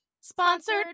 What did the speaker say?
Sponsored